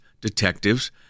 detectives